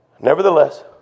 Nevertheless